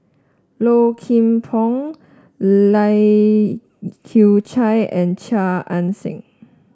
Low Kim Pong Lai Kew Chai and Chia Ann Siang